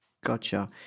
Gotcha